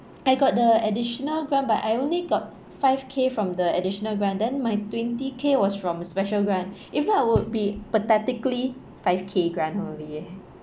I got the additional grant but I only got five K from the additional grant then my twenty K was from a special grant if not I would be pathetically five K grant only